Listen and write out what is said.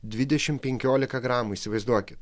dvidešimt penkiolika gramų įsivaizduokit